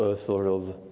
ah sort of,